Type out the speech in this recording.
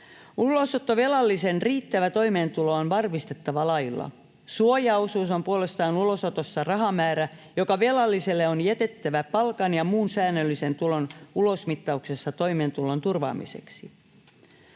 Ulosottovelallisen riittävä toimeentulo on varmistettava lailla. Suojaosuus on puolestaan ulosotossa rahamäärä, joka velalliselle on jätettävä palkan ja muun säännöllisen tulon ulosmittauksessa toimeentulon turvaamiseksi.